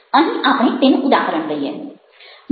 અહીં આપણે તેનું ઉદાહરણ લઈએ